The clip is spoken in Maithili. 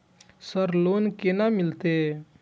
सर लोन केना मिलते?